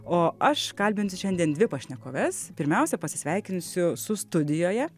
o aš kalbinsiu šiandien dvi pašnekovės pirmiausia pasveikinsiu su studijoje